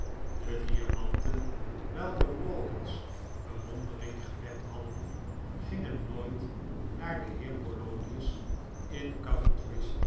de diamanten welke rawdon's bewondering gewekt hadden gingen nooit naar den heer polonius in